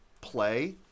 play